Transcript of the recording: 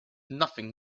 nothing